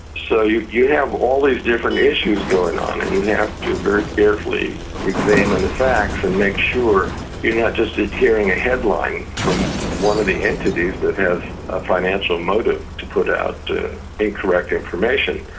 so you you have all these different issues going on and you have to very carefully examine the facts and make sure you're not just hearing a headline from one of the entities that has a financial motive to put out incorrect information.